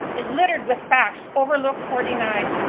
is littered with facts overlooked or denied,